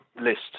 list